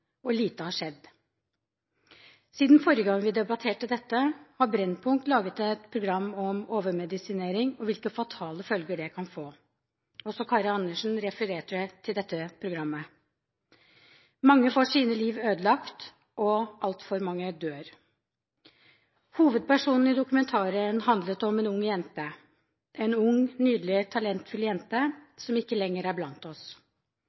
og lite har skjedd. Siden forrige gang vi debatterte dette, har NRK Brennpunkt laget et program om overmedisinering og om hvilke fatale følger det kan få. Også Karin Andersen refererte til dette programmet. Mange får sine liv ødelagt, og altfor mange dør. Dokumentaren handlet om en ung jente – en ung, nydelig, talentfull jente som ikke lenger er blant oss.